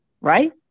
right